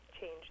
change